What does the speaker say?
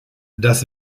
das